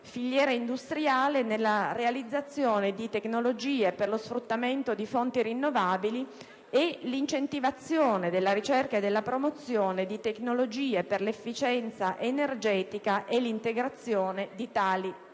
filiera industriale per la realizzazione di tecnologie per lo sfruttamento di fonti rinnovabili e all'incentivazione della ricerca e della promozione di tecnologie per l'efficienza energetica e l'integrazione di tali tecnologie.